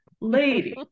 lady